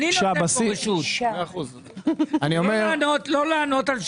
לא לענות על שאלות.